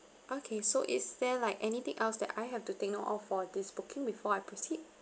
okay so is there like anything else that I have to take note of for this booking before I proceed